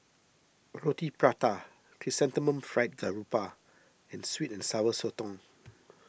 Roti Prata Chrysanthemum Fried Garoupa and Sweet and Sour Sotong